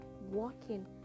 walking